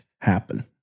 happen